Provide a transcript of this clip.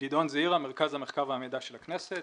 גדעון זעירא, מרכז המחקר והמידע של הכנסת.